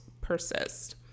persist